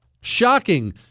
Shocking